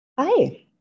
Hi